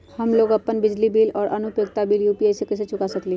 हम लोग अपन बिजली बिल और अन्य उपयोगिता बिल यू.पी.आई से चुका सकिली ह